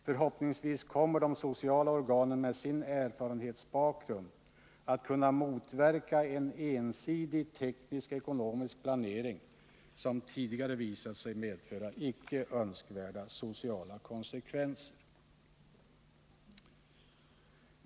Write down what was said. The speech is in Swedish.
Förhoppningsvis kommer de sociala organen med sin erfarenhetsbakgrund att kunna motverka en ensidig teknisk-ekonomisk planering, som tidigare har visat sig medföra icke önskvärda sociala konsekvenser.